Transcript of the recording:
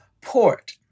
port